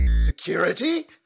Security